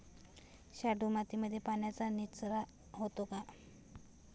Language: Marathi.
शाडू मातीमध्ये पाण्याचा निचरा होतो का?